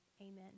Amen